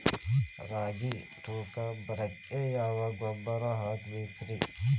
ರಾಗಿ ತೂಕ ಬರಕ್ಕ ಯಾವ ಗೊಬ್ಬರ ಹಾಕಬೇಕ್ರಿ?